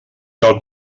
cal